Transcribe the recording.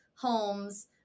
homes